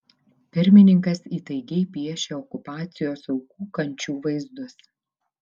pirmininkas įtaigiai piešia okupacijos aukų kančių vaizdus